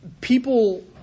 people